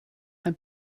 ein